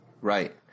Right